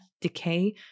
decay